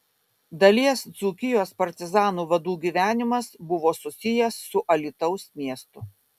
dalies dzūkijos partizanų vadų gyvenimas buvo susijęs su alytaus miestu